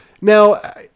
Now